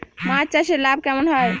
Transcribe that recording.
মাছ চাষে লাভ কেমন হয়?